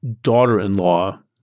daughter-in-law